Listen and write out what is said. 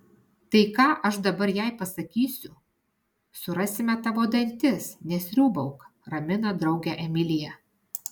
tai ką aš dabar jai pasakysiu surasime tavo dantis nesriūbauk ramina draugę emilija